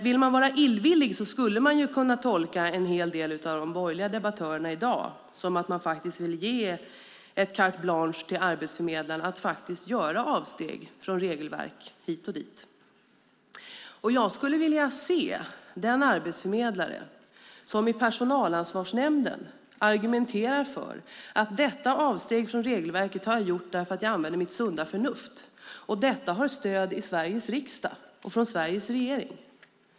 Vill man vara illvillig skulle man kunna tolka en hel del av de borgerliga debattörerna i dag som att de faktiskt vill ge ett carte blanche till arbetsförmedlarna att faktiskt göra avsteg från regelverk hit och dit. Jag skulle vilja se den arbetsförmedlare som i personalansvarsnämnden argumenterar så här: Detta avsteg från regelverket har jag gjort därför att jag använde mitt sunda förnuft, och detta har stöd i Sveriges riksdag och från Sveriges regering.